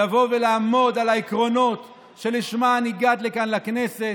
לבוא ולעמוד על העקרונות שלשמם הגעת לכאן לכנסת.